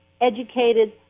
educated